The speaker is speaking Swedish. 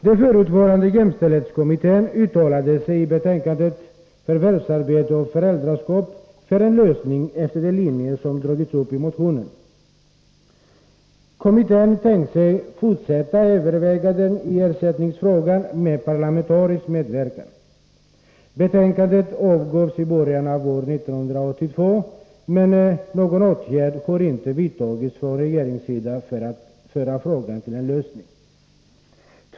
Den förutvarande jämställdhetskommittén uttalade sig i betänkandet Förvärvsarbete och föräldraskap för en lösning efter de linjer som dragits upp i motionen. Kommittén tänkte sig fortsätta övervägandena i ersättningsfrågan med parlamentarisk medverkan. Betänkandet avgavs i början av år 1982, men någon åtgärd har inte vidtagits från regeringens sida för att föra frågan till en lösning.